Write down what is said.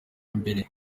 mbere